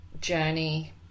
journey